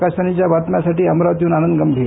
आकाशवाणीच्या बातम्यांसाठी अमरावतीहन मी आनंद गंभीर